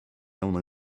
only